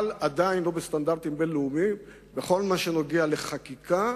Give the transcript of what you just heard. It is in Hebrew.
אבל עדיין לא בסטנדרטים בין-לאומיים בכל מה שקשור לחקיקה,